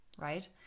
right